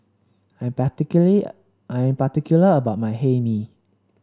I'm I'm particular about my Hae Mee